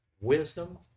wisdom